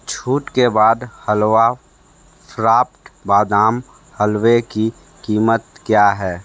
छूट के बाद हलवा स्राफ्ट बादाम हलवे की कीमत क्या है